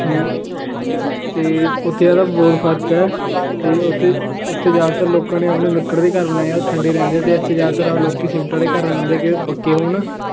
ਅਤੇ ਉੱਥੇ ਜ਼ਿਆਦਾ ਬਹੁਤ ਫਰਕ ਹੈ ਅਤੇ ਉੱਥੇ ਉੱਥੇ ਜ਼ਿਆਦਾਤਰ ਲੋਕਾਂ ਨੇ ਆਪਣੇ ਲੱਕੜ ਦੇ ਘਰ ਬਣਾਏ ਆ ਉਹ ਠੰਡੇ ਰਹਿੰਦੇ ਆ ਅਤੇ ਇੱਥੇ ਜ਼ਿਆਦਾਤਰ ਲੋਕ ਸਿਮੰਟ ਵਾਲੇ ਘਰ ਬਣਾਉਂਦੇ ਆ ਕਿ ਉਹ ਪੱਕੇ ਹੋਣ